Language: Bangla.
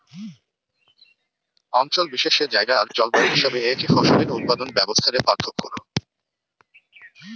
অঞ্চল বিশেষে জায়গা আর জলবায়ু হিসাবে একই ফসলের উৎপাদন ব্যবস্থা রে পার্থক্য রয়